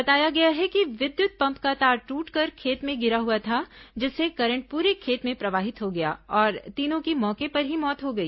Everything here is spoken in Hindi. बताया गया है कि विद्युत पम्प का तार ट्रटकर खेत में गिरा हुआ था जिससे करंट पूरे खेत में प्रवाहित हो गया और तीनों की मौके पर ही मौत हो गई